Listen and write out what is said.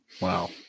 Wow